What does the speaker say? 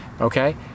Okay